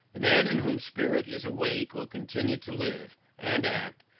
the man in whom spirit is awake will continue to live and act,